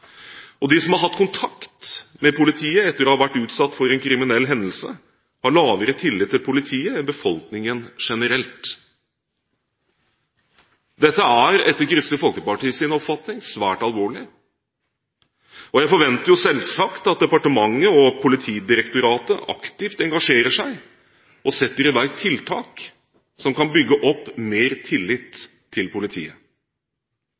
De som har hatt kontakt med politiet etter å ha vært utsatt for en kriminell hendelse, har lavere tillit til politiet enn befolkningen generelt. Dette er etter Kristelig Folkepartis oppfatning svært alvorlig. Jeg forventer selvsagt at departementet og Politidirektoratet aktivt engasjerer seg og setter i verk tiltak som kan bygge opp mer